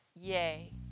yay